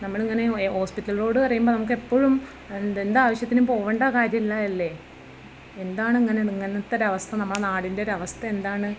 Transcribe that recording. നമ്മൾ ഇങ്ങനെ hospital road പറയുമ്പോൾ നമുക്ക് എപ്പഴും എന്താവശ്യത്തിനും പോകണ്ട കാര്യമുള്ളത് അല്ലേ എന്താണിങ്ങനെ ഇങ്ങനത്തെ ഒരവസ്ഥ നമ്മുടെ നാടിന്റെ ഒരവസ്ഥ എന്താണ്